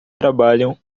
trabalham